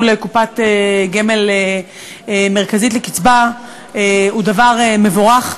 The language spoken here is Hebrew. לקופת גמל מרכזית לקצבה הוא דבר מבורך.